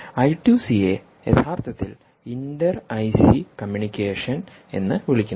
I two C യെ യഥാർത്ഥത്തിൽ inter IC communication എന്ന് വിളിക്കുന്നു